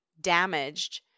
damaged